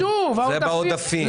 זה בעודפים.